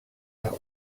that